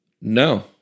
No